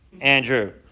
Andrew